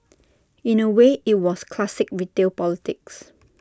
in A way IT was classic retail politics